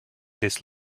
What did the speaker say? this